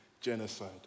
genocide